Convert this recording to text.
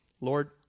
Lord